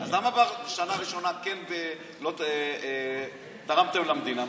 אז למה בשנה הראשונה כן תרמתם למדינה,